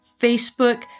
Facebook